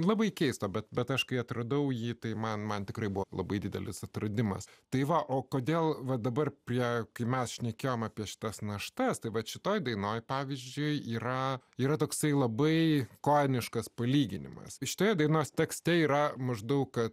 labai keista bet bet aš kai atradau jį tai man man tikrai buvo labai didelis atradimas tai va o kodėl va dabar prie kai mes šnekėjome apie šitas naštas tai vat šitoje dainoje pavyzdžiui yra yra toksai labai komiškas palyginimas šitoje dainos tekste yra maždaug kas